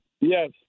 Yes